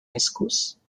rescousse